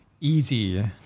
easy